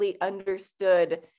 understood